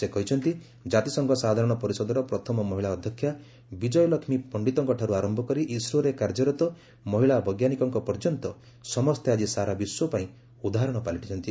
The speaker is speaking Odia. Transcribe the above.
ସେ କହିଛନ୍ତି ଜାତିସଂଘ ସାଧାରଣ ପରିଷଦର ପ୍ରଥମ ମହିଳା ଅଧ୍ୟକ୍ଷା ବିଜୟାଲକ୍ଷ୍ମୀ ପଣ୍ଡିତଙ୍କଠାରୁ ଆରମ୍ଭ କରି ଇସ୍ରୋରେ କାର୍ଯ୍ୟରତ ମହିଳା ବୈଜ୍ଞାନିକଙ୍କ ପର୍ଯ୍ୟନ୍ତ ସମସ୍ତ ଆଳି ସାରା ବିଶ୍ୱପାଇଁ ଉଦାହରଣ ପାଲଟିଛନ୍ତି